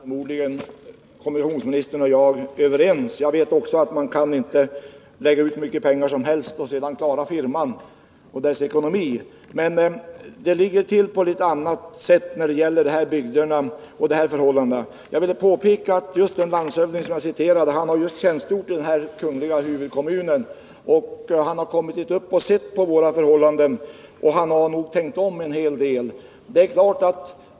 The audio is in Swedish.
Herr talman! Då det gäller de ekonomiska principerna kommer kommunikationsministern och jag väl överens, och jag vet också att man inte kan lägga ut hur mycket pengar som helst och ändå kunna klara firman och dess ekonomi. Men det ligger annorlunda till när det gäller de här bygderna och förhållandena. Jag vill påpeka att just den landshövding som jag refererade till har tjänstgjort i den kungl. huvudkommunen, men han har kommit upp och fått se på våra förhållanden. Han har nog tänkt om en hel del.